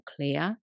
clear